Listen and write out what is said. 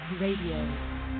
Radio